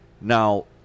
Now